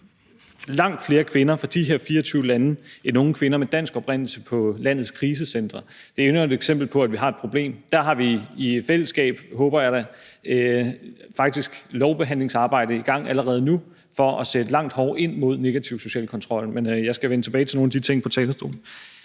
langt flere kvinder fra de her 24 lande på landets krisecentre end unge kvinder med dansk oprindelse. Det er endnu et eksempel på, at vi har et problem. Der har vi i fællesskab, håber jeg da, lovbehandlingsarbejdet i gang allerede nu for at sætte langt hårdere ind mod den negative sociale kontrol. Men jeg skal vende tilbage til nogle af de ting fra talerstolen.